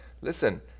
listen